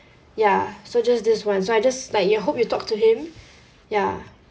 ya so just this one so I just like you know hope you talked to him ya